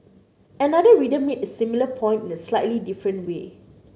another reader made a similar point in a slightly different way